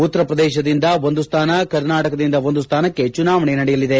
ಉತ್ತರ ಪ್ರದೇಶದಿಂದ ಒಂದು ಸ್ಥಾನ ಕರ್ನಾಟಕದಿಂದ ಒಂದು ಸ್ಥಾನಕ್ಷೆ ಚುನಾವಣೆ ನಡೆಯಲಿದೆ